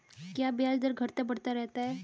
क्या ब्याज दर घटता बढ़ता रहता है?